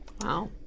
Wow